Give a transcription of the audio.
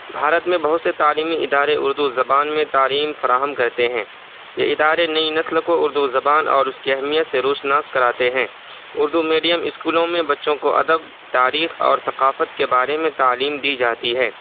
بھارت میں بہت سے تعلیمی ادارے اردو زبان میں تعلیم فراہم کرتے ہیں یہ ادارے نئی نسل کو اردو زبان اور اس کے اہمیت سے روشناس کراتے ہیں اردو میڈیم اسکولوں میں بچوں کو ادب تاریخ اور ثقافت کے بارے میں تعلیم دی جاتی ہے